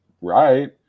right